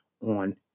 on